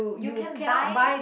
you can buy